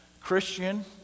Christian